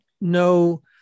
no